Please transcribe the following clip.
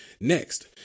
next